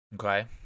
Okay